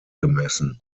gemessen